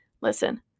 Listen